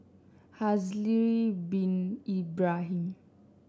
Haslir Bin Ibrahim